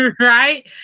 right